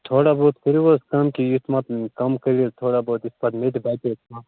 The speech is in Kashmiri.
تھوڑا بہت کٔرِو حظ کم کیٚنٛہہ یُتھ ما پیٚوٕ کم کٔرِو حظ تھوڑا بہت یُتھ پتہٕ مےٚ تہِ بچہِ